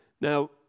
Now